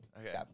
Okay